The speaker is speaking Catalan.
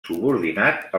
subordinat